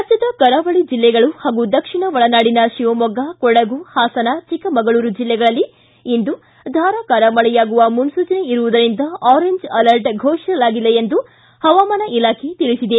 ರಾಜ್ಯದ ಕರಾವಳಿ ಜಿಲ್ಲೆಗಳು ಹಾಗೂ ದಕ್ಷಿಣ ಒಳನಾಡಿನ ಶಿವಮೊಗ್ಗ ಕೊಡಗು ಹಾಸನ ಚಿಕ್ಕಮಗಳೂರು ಜಿಲ್ಲೆಗಳಲ್ಲಿ ಇಂದು ಧಾರಾಕಾರ ಮಳೆಯಾಗುವ ಮುನ್ಸೂಚನೆ ಇರುವುದರಿಂದ ಆರೆಂಜ್ ಅಲರ್ಟ್ ಘೋಷಿಸಲಾಗಿದೆ ಎಂದು ಹವಾಮಾನ ಇಲಾಖೆ ತಿಳಿಸಿದೆ